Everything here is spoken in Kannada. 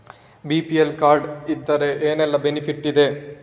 ಬಿ.ಪಿ.ಎಲ್ ಕಾರ್ಡ್ ಇದ್ರೆ ಏನೆಲ್ಲ ಬೆನಿಫಿಟ್ ಇದೆ?